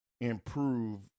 improve